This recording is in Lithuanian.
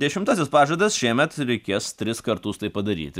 dešimtasis pažadas šiemet reikės tris kartus tai padaryti